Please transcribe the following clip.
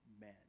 men